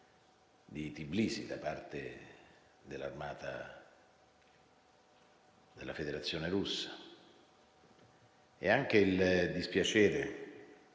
di Tblisi da parte dell'armata della Federazione Russa. E anche il dispiacere